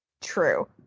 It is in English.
True